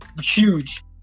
Huge